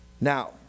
Now